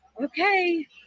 okay